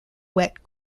wet